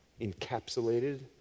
encapsulated